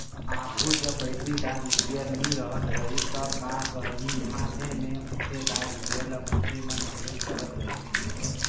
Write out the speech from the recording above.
आघु जब बइटरीदार इस्पेयर नी रहत रहिस ता का करहीं हांथे में ओंटेदार इस्परे ल मइनसे मन उपियोग करत रहिन